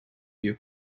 you